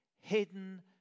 hidden